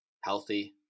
healthy